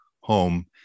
home